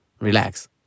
Relax